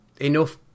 enough